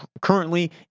currently